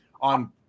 on